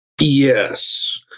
Yes